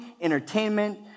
entertainment